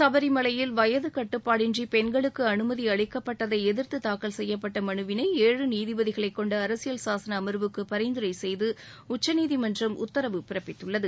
சபரிமலையில் வயது கட்டுப்பாடின்றி பெண்களுக்கு அனுமதி அளிக்கப்பட்டதை எதிர்த்து தாக்கல் செய்யப்பட்ட மனுவினை ஏழு நீதிபதிகளைக் கொண்ட அரசியல் சாசன அமாவுக்கு பரிந்துரை செய்து உச்சநீதிமன்றம் உத்தரவு பிறப்பித்துள்ளது